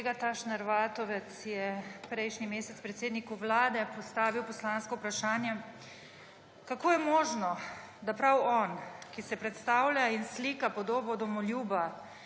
Vatovec je prejšnji mesec predsedniku Vlade postavil poslansko vprašanje, kako je možno, da prav on, ki se predstavlja in slika podobo domoljuba